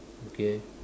okay